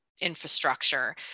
infrastructure